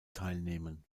teilnehmen